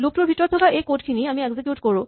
loop টোৰ ভিতৰত থকা এই কড খিনি আমি এক্সিকিউট কৰো